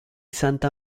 santa